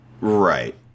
Right